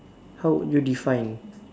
how would you define